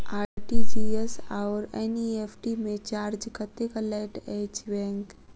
RTGS आओर NEFT मे charge कतेक लैत अछि बैंक?